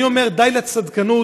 אני אומר: די לצדקנות.